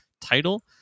title